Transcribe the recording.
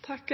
Takk